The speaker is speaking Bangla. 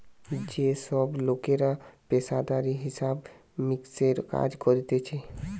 যে সব লোকরা পেশাদারি হিসাব মিক্সের কাজ করতিছে